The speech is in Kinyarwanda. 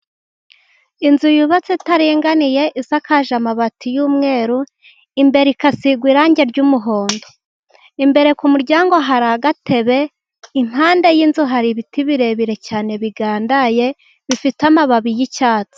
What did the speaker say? Inzu yubatse itaringaniye isakaje amabati y'umweru, imbere igasigwa irangi ry'umuhondo. Imbere ku muryango hari agatebe, impanda y'inzu hari ibiti birebire cyane bigandaye bifite amababi y'icyatsi.